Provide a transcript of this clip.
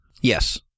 Yes